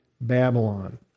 Babylon